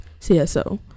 CSO